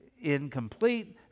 incomplete